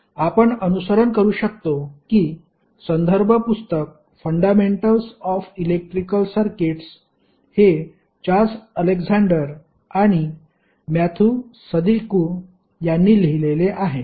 आपण अनुसरण करू शकतो की संदर्भ पुस्तक फंडामेंटल्स ऑफ इलेक्ट्रिकल सर्किट्सहेचार्ल्स अलेक्झांडर आणि मॅथ्यू सदिकू यांनी लिहिलेलेआहे